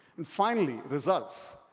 and finally, results.